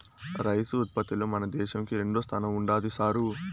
rice ఉత్పత్తిలో మన దేశంకి రెండోస్థానం ఉండాది సారూ